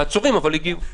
אבל העצורים הגיעו.